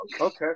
Okay